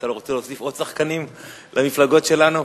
אתה רוצה להוסיף עוד שחקנים למפלגות שלנו?